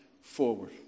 forward